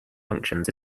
functions